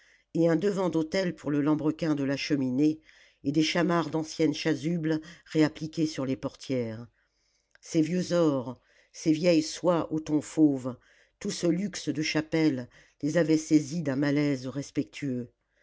et un devant d'autel pour le lambrequin de la cheminée et des chamarres d'anciennes chasubles réappliquées sur les portières ces vieux ors ces vieilles soies aux tons fauves tout ce luxe de chapelle les avait saisis d'un malaise respectueux